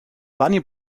bunny